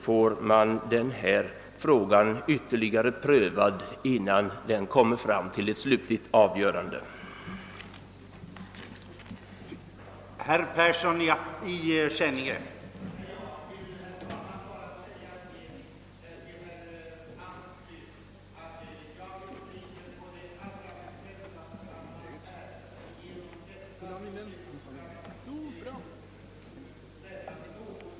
Då blir frågan ytterligare prövad innan ett slutligt avgörande sker.